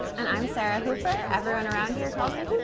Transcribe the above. and i'm sarah hooper. everyone around here calls me